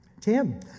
Tim